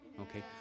Okay